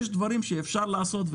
יש דברים שאפשר לעשות.